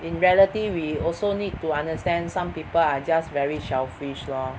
in reality we also need to understand some people are just very selfish lor